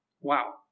Wow